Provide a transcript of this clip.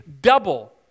double